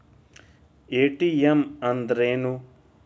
ATM ಅಂದ್ರ ಏನು?